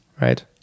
right